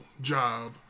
job